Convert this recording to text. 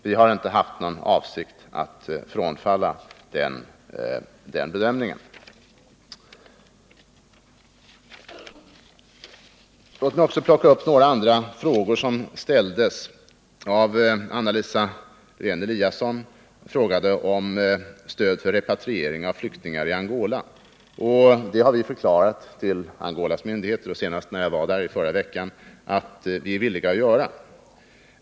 Vi har inte haft någon avsikt att ändra vår bedömning. Låt mig också ta upp några andra frågor som ställdes. Anna Lisa Lewén-Eliasson frågade om stödet för repatriering av flyktingar i Angola. Vi har förklarat för Angolas myndigheter, senast när jag var där i förra veckan, att vi är villiga att lämna ett stöd.